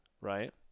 Right